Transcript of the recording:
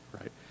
right